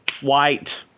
White